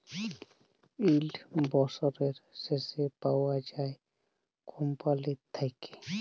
yield বসরের শেষে পাউয়া যায় কম্পালির থ্যাইকে